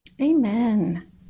Amen